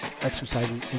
exercises